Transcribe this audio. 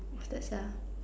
what's that sia